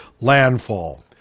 landfall